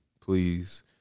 please